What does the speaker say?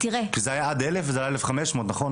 כי זה היה עד 1,000, וזה 1,500, נכון?